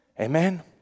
Amen